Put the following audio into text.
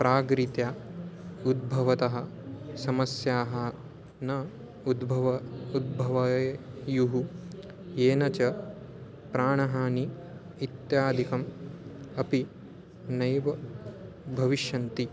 प्राग्रीत्या उद्भवत्यः समस्याः न उद्भवेयुः उद्भवेयुः येन च प्राणहानिः इत्यादयः अपि नैव भविष्यन्ति